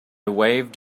waved